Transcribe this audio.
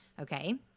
Okay